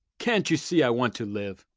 can't you see i want to live?